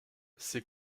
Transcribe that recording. ces